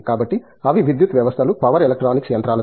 కాబట్టి అవి విద్యుత్ వ్యవస్థలు పవర్ ఎలక్ట్రానిక్స్ యంత్రాలతో